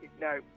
No